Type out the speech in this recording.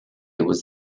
was